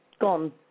gone